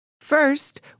First